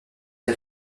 des